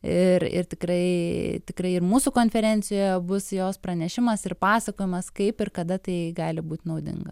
ir ir tikrai tikrai ir mūsų konferencijoje bus jos pranešimas ir pasakojimas kaip ir kada tai gali būt naudinga